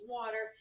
water